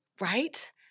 Right